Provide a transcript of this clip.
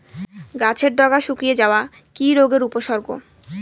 গাছের ডগা শুকিয়ে যাওয়া কি রোগের উপসর্গ?